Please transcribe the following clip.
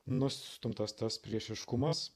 nustumtas tas priešiškumas